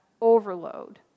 overload